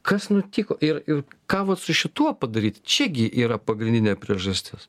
kas nutiko ir ir ką vat su šituo padaryt čia gi yra pagrindinė priežastis